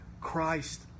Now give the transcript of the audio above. Christ